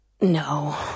No